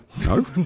No